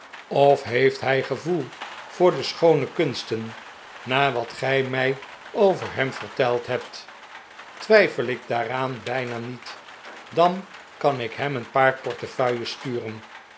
of heeft hij gevoel voor de schoone kunsten na wat gij mij over hem verteld hebt twijfel ik daaraan bijna niet dan kan ik hem een paar portefeuilles sturen